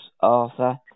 Arthur